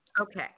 Okay